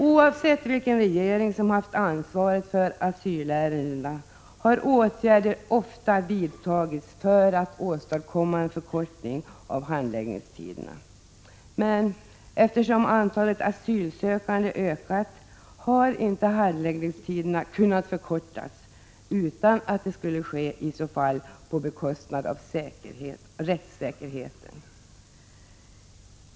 Oavsett vilken regering som haft ansvaret för asylärendena har åtgärder ofta vidtagits för att åstadkomma en förkortning av handläggningstiderna. Eftersom antalet asylsökande ökat har inte handläggningstiderna kunnat förkortas utan att det i så fall skulle ha skett på bekostnad av rättssäkerheten.